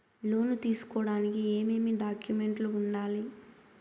లోను తీసుకోడానికి ఏమేమి డాక్యుమెంట్లు ఉండాలి